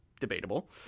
debatable